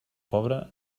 pobre